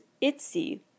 Itzy